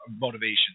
motivation